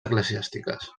eclesiàstiques